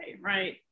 Right